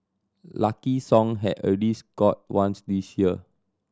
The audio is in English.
Lucky Song had already scored once this year